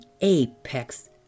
apex